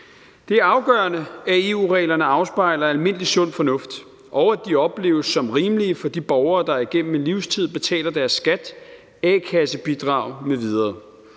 Det er afgørende, at EU-reglerne afspejler almindelig sund fornuft, og at de opleves som rimelige for de borgere, der igennem en livstid betaler deres skat, a-kassebidrag m.v.